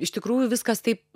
iš tikrųjų viskas taip